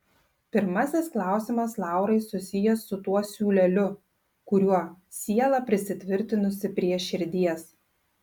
pirmasis klausimas laurai susijęs su tuo siūleliu kuriuo siela prisitvirtinusi prie širdies